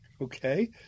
Okay